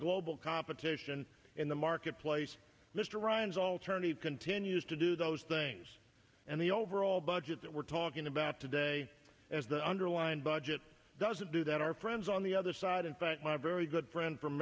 global competition in the marketplace mr ryan's alternative continues to do those things and the overall budget that we're talking about today as the underlying budget doesn't do that our friends on the other side in fact my very good friend from